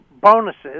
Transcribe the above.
bonuses